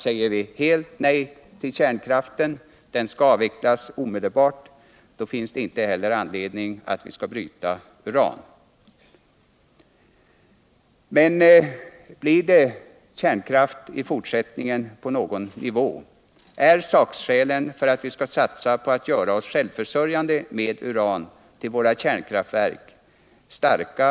Säger vi helt nej till kärnkraften och menar att den skall avvecklas omedelbart, finns det naturligtvis heller inte anledning för oss att bryta uran. Men blir det kärnkraft i fortsättningen på någon nivå, är sakskälen för alt vi skall satsa på att göra oss självförsörjande med uran till våra kärnkraftverk starka.